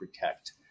protect